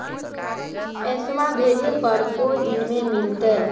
पैसवा भेजे पर को दिन मे मिलतय?